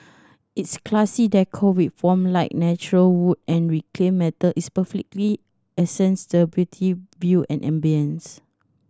its classy decor with warm light natural wood and reclaimed metal is perfectly accents the beautiful view and ambience